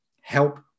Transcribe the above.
help